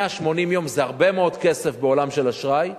180 יום זה הרבה מאוד כסף בעולם של אשראי,